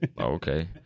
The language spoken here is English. Okay